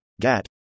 GAT